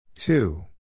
Two